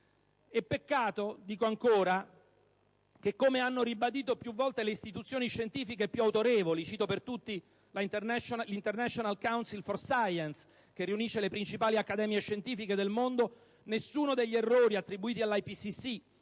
E peccato che, come hanno ribadito più volte le istituzioni scientifiche più autorevoli - cito per tutte l'*International Council for Science* (ICSU), che riunisce le principali accademie scientifiche del mondo, nessuno degli errori attribuiti all'IPCC